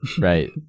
Right